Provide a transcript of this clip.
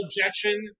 objection